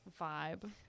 vibe